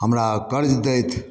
हमरा कर्ज दथि